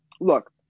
look